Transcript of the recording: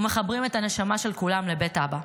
ומחברים את הנשמה של כולם לבית אבא.